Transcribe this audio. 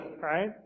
right